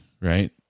Right